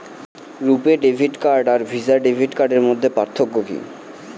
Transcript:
রূপে debit card আর Visa debit কার্ডের মধ্যে পার্থক্য কি?